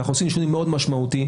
עשינו שינוי מאוד משמעותי.